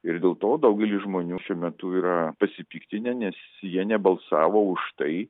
ir dėl to daugeliui žmonių šiuo metu yra pasipiktinę nes jie nebalsavo už tai